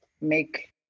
make